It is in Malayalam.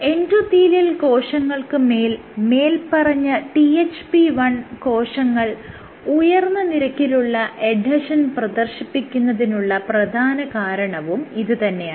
എൻഡോത്തീലിയൽ കോശങ്ങൾക്ക് മേൽ മേല്പറഞ്ഞ THP1 കോശങ്ങൾ ഉയർന്ന നിരക്കിലുള്ള എഡ്ഹെഷൻ പ്രദർശിപ്പിക്കുന്നതിനുള്ള പ്രധാന കാരണവും ഇത് തന്നെയാണ്